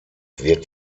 wird